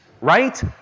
right